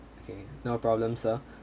okay no problem sir